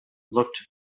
looked